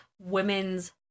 women's